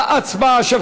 להצבעה,